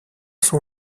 son